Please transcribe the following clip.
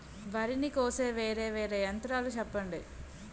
వరి ని కోసే వేరా వేరా యంత్రాలు చెప్పండి?